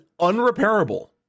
unrepairable